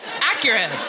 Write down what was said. Accurate